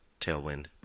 tailwind